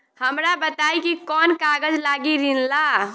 हमरा बताई कि कौन कागज लागी ऋण ला?